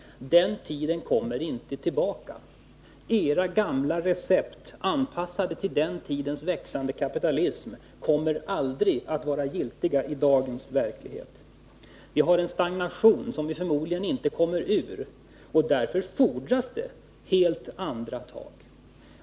Den tiden kommer inte tillbaka. Era gamla recept anpassade till den tidens växande kapitalism kommer aldrig att vara giltiga i dagens verklighet. Vi har en stagnation som vi förmodligen inte kommer ur, och därför fordras det helt andra tag.